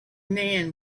man